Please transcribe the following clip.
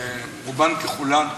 רובן ככולן,